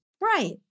right